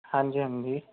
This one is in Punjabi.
ਹਾਂਜੀ ਹਾਂਜੀ